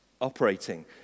operating